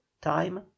Time